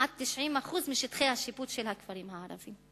עד 90% משטחי השיפוט של הכפרים הערביים.